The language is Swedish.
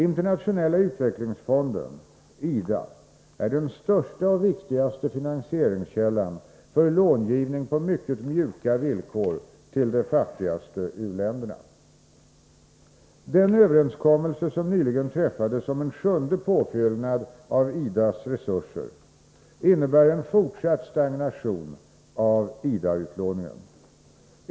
Internationella utvecklingsfonden är den största och viktigaste finansieringskällan för långivning på mycket mjuka villkor till de fattigaste u-länderna. Den överenskommelse som nyligen träffades om en sjunde påbyggnad av IDA:s sesurser innebär en fortsatt stagnation av IDA-utlåningen.